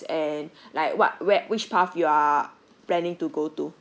and like what web which path you are planning to go to